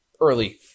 early